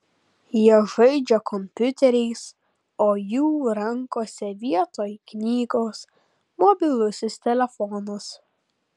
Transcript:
jie žaidžia kompiuteriais o jų rankose vietoj knygos mobilusis telefonas